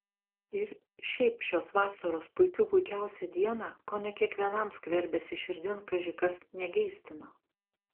ir šiaip šios vasaros puikių puikiausią dieną kone kiekvienam skverbėsi širdin kaži kas negeistino